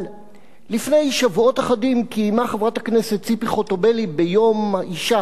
אבל לפני שבועות אחדים קיימה חברת הכנסת ציפי חוטובלי ביום האשה